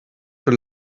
für